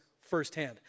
firsthand